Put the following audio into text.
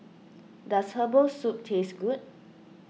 does Herbal Soup taste good